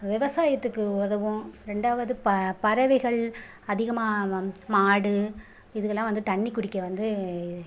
விவசாயத்துக்கு உதவும் ரெண்டாவது பறவைகள் அதிகமாக மாடு இதுகளாம் வந்து தண்ணி குடிக்க வந்து